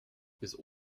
bis